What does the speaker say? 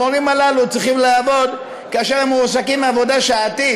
המורים הללו צריכים לעבוד כאשר הם מועסקים בעבודה שעתית.